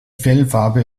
fellfarbe